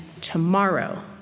tomorrow